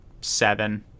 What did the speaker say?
seven